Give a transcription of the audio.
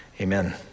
Amen